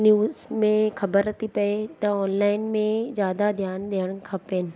news में ख़बर थी पए त ऑनलाइन में ज्यादा ध्यानु ॾियणु खपे